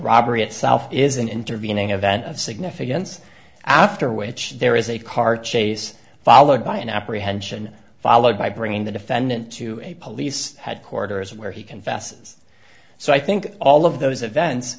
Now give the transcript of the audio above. robbery itself is an intervening event of significance after which there is a car chase followed by an apprehension followed by bringing the defendant to a police headquarters where he confesses so i think all of those events